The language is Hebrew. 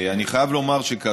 תודה,